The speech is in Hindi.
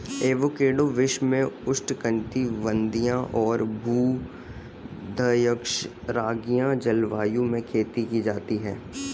एवोकैडो विश्व में उष्णकटिबंधीय और भूमध्यसागरीय जलवायु में खेती की जाती है